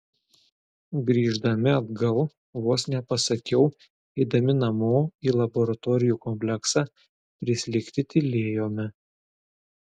grįždami atgal vos nepasakiau eidami namo į laboratorijų kompleksą prislėgti tylėjome